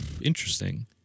interesting